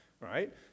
right